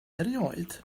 erioed